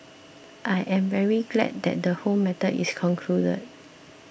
I am very glad that the whole matter is concluded